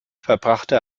verbrachte